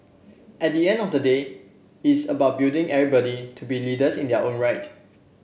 at the end of the day it's about building everybody to be leaders in their own right